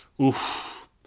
Oof